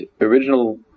original